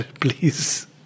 please